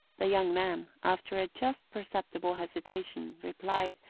the young man, after a just perceptible hesitation, replied,